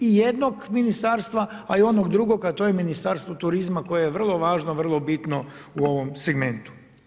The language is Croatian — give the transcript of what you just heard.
I jednog ministarstva a i onog drugog a to je Ministarstvo turizma koje je vrlo važno, vrlo bitno u ovom segmentu.